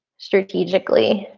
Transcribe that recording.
strategically,